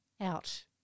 out